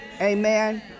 Amen